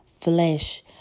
flesh